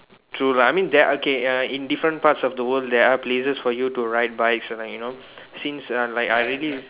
true lah I mean there okay uh in different parts of the world there are places for you to ride bikes uh you know since uh like I really